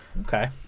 Okay